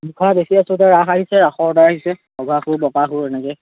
মুখা বেছি আছো এতিয়া ৰাস আহিছে ৰাসৰ অৰ্ডাৰ আহিছে সুৰ বকাসুৰ এনেকৈ